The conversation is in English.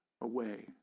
away